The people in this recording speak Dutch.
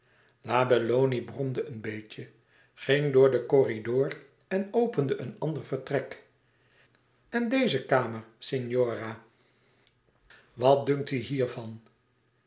la belloni bromde een beetje ging door den corridor en opende een ander vertrek en deze kamer signora wat dunkt u hiervan